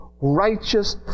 Righteous